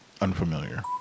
unfamiliar